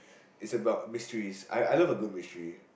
is about mysteries I I love a good mystery